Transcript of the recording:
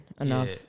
enough